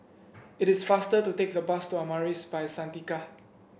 it is faster to take the bus to Amaris By Santika